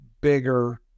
bigger